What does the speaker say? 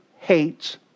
hates